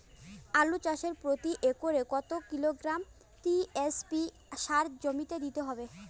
আলু চাষে প্রতি একরে কত কিলোগ্রাম টি.এস.পি সার জমিতে দিতে হয়?